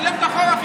אפילו שילם את החוב,